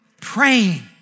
praying